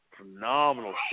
phenomenal